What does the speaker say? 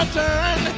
turn